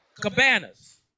cabanas